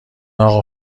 اقا